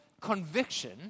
conviction